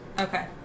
Okay